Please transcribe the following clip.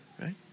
right